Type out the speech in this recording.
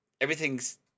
Everything's